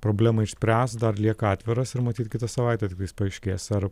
problemą išspręs dar lieka atviras ir matyt kitą savaitę paaiškės ar